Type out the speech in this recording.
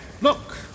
look